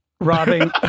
robbing